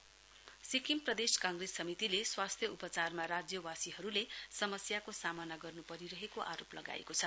SPCC Sikkim प्रदेश काँग्रेस समितिले स्वास्थ्य उपचारमा राज्यबासीहरूले समस्याको सामना गर्नुपरिरहेको आरोप लगाएको छ